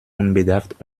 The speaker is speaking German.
unbedarft